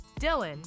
Dylan